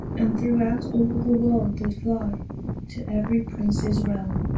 and throughout all the world did flye to every princes realme.